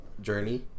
Journey